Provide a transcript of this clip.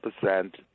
percent